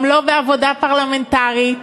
גם לא בעבודה פרלמנטרית,